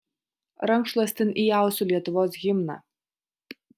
rankšluostin įausiu lietuvos himną